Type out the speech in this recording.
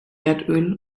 erdöl